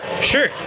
sure